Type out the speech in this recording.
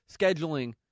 scheduling